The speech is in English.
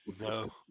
No